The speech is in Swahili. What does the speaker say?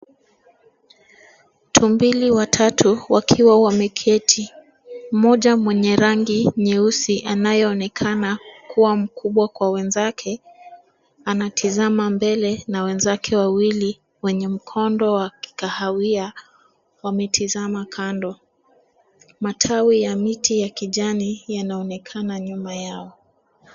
Tumbili watatu wakiwa wameketi, mmoja mwenye rangi nyeusi anayeonekana kuwa mkubwa kwa wenzake, anatazama mbele na wenzake wawili wenye mkondo wa kikahawia wametazama kando. Matawi ya miti ya kijani yanaonekana nyuma yao.